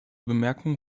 bemerkungen